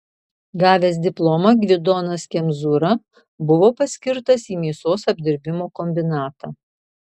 gavęs diplomą gvidonas kemzūra buvo paskirtas į mėsos apdirbimo kombinatą